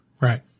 Right